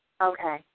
Okay